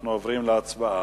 אנחנו עוברים להצבעה.